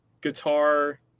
guitar